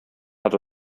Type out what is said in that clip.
hat